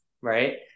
Right